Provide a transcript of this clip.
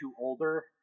older